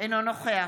אינו נוכח